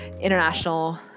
international